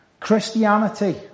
Christianity